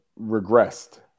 regressed